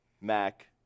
Mac